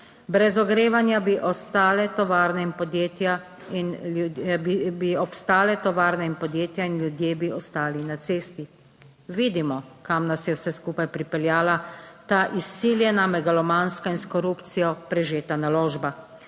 Brez ogrevanja bi obstale tovarne in podjetja in ljudje bi ostali na cesti. Vidimo, kam nas je vse skupaj pripeljala ta izsiljena, megalomanska in s korupcijo prežeta naložba.